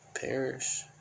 perish